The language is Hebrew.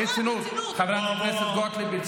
שיהיה בפרוטוקול מה היא אמרה, ברצינות.